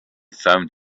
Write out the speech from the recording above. found